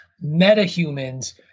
meta-humans